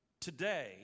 today